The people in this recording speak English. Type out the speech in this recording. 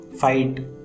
fight